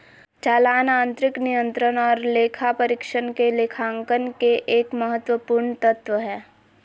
चालान आंतरिक नियंत्रण आर लेखा परीक्षक के लेखांकन के एक महत्वपूर्ण तत्व हय